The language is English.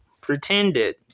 pretended